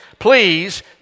Please